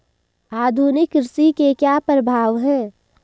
आधुनिक कृषि के क्या प्रभाव हैं?